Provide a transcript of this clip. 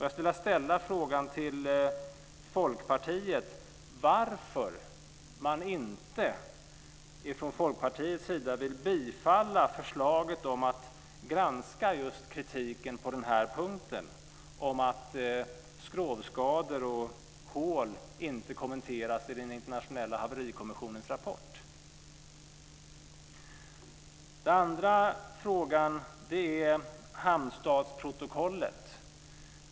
Jag skulle vilja ställa frågan till Folkpartiet varför man inte vill bifalla förslaget om att granska kritiken på just den här punkten, mot att skrovskador och hål inte kommenteras i den internationella haverikommissionens rapport. Den andra frågan är hamnstadsprotokollet.